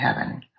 heaven